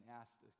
asked